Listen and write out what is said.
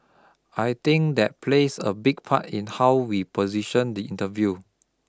I think that plays a big part in how we position the interview